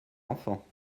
enfants